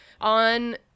on